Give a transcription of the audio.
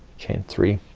chain three,